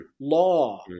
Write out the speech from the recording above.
law